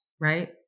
Right